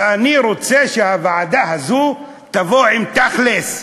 ואני רוצה שהוועדה הזאת תבוא עם תכל'ס.